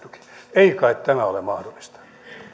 ei kai tämä ole mahdollista